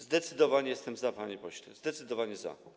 Zdecydowanie jestem za, panie pośle, zdecydowanie za.